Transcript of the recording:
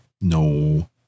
No